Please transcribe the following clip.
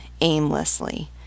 aimlessly